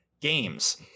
games